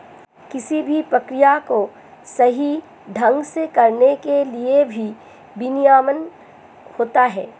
किसी भी प्रक्रिया को सही ढंग से करने के लिए भी विनियमन होता है